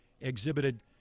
exhibited